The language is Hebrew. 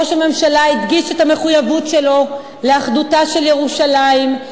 ראש הממשלה הדגיש את המחויבות שלו לאחדותה של ירושלים,